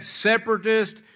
separatist